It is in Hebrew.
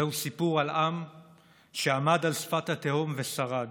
זהו סיפור על עם שעמד על שפת התהום ושרד,